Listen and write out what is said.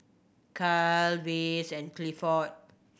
Caryl Vance and Clifford